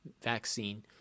vaccine